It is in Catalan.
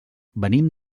venim